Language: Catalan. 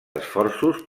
esforços